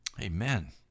Amen